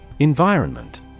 Environment